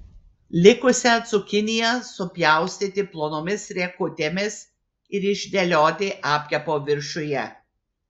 likusią cukiniją supjaustyti plonomis riekutėmis ir išdėlioti apkepo viršuje